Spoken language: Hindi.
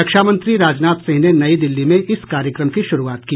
रक्षामंत्री राजनाथ सिंह ने नई दिल्ली में इस कार्यक्रम की शुरूआत की